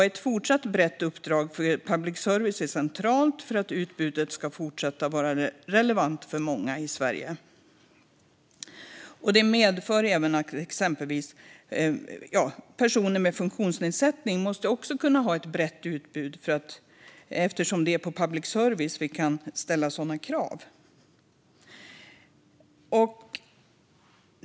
Ett fortsatt brett uppdrag för public service är centralt för att utbudet ska fortsätta att vara relevant för många i Sverige. Det medför även att exempelvis personer med funktionsnedsättning också måste kunna ha ett brett utbud eftersom det är på public service vi kan ställa sådana krav.